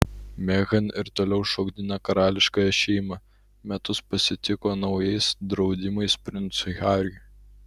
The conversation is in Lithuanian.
meghan ir toliau šokdina karališkąją šeimą metus pasitiko naujais draudimais princui hariui